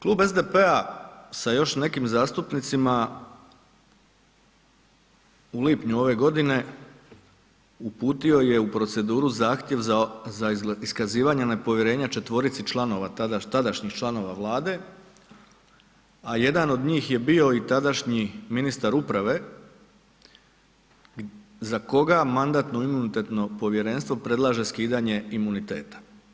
Klub SDP-a sa još nekim zastupnicima u lipnju ove godine uputio je u proceduru zahtjev za iskazivanje nepovjerenja četvorici članova tadašnjih članova Vlade a jedna od njih je bio i tadašnji ministar uprave za koga Mandatno-imunitetno povjerenstvo predlaže skidanje imuniteta.